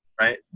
right